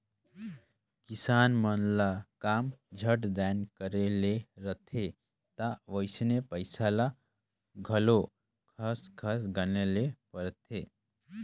किसान मन ल काम झट दाएन करे ले रहथे ता वइसने पइसा ल घलो खस खस गने ले परथे